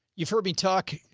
you've heard me talk.